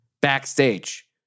backstage